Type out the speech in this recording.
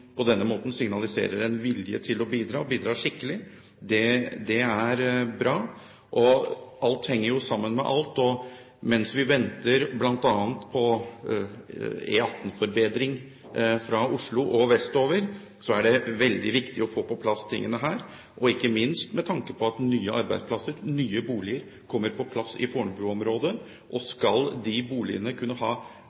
på denne måten signaliserer en vilje til å bidra – og bidra skikkelig – er bra. Alt henger sammen med alt, og mens vi venter på bl.a. E18-forbedring fra Oslo og vestover, er det veldig viktig å få på plass tingene her, ikke minst med tanke på at nye arbeidsplasser og nye boliger kommer på plass i Fornebu-området. Skal de boligene og